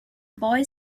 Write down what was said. boy